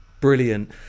Brilliant